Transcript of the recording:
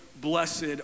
blessed